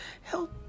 help